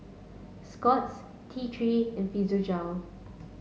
Scott's T three and Physiogel